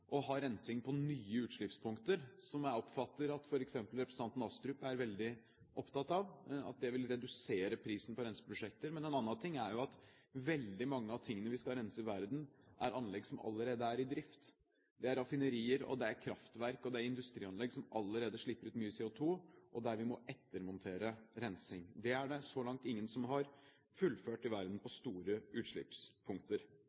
å ha rensing på nye utslippspunkter – som jeg oppfatter at f.eks. representanten Astrup er veldig opptatt av med hensyn til at det vil redusere prisen på renseprosjekter – en annen ting er at veldig mye av det vi skal rense i verden, er anlegg som allerede er i drift. Det er raffinerier, det er kraftverk og det er industrianlegg som allerede slipper ut mye CO2, der vi må ettermontere rensing. Det er det så langt ingen som har fullført i verden på